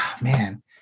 man